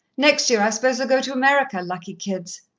next year i suppose they'll go to america, lucky kids!